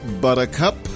Buttercup